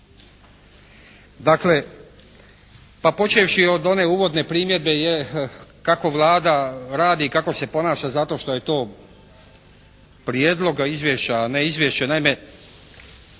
Dakle, pa počevši od one uvodne primjedbe je kako Vlada radi i kako se ponaša zato što je to prijedlog izvješća, a ne izvješća. Naime,